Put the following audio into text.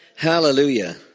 Hallelujah